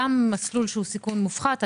גם מסלול שהוא סיכון מופחת,